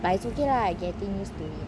but it's okay lah I getting used to it